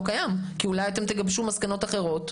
רלוונטי כי אתם צפויים לגבש החלטות אחרות.